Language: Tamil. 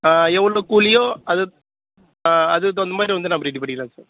ஆ எவ்வளோ கூலியோ அது ஆ அதுக்கு தகுந்த மாதிரி வந்து நம்ம ரெடி பண்ணிக்கலாம் சார்